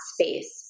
space